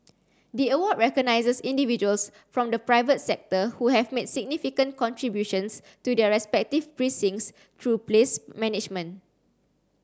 the award recognizes individuals from the private sector who have made significant contributions to their respective precincts through place management